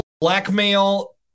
blackmail